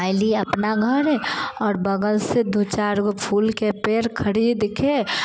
ऐली अपना घरे आओर बगलसँ दू चारि गो फूलके पेड़ खरीदके